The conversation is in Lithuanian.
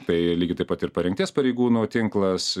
tai lygiai taip pat ir parengties pareigūnų tinklas